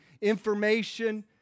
information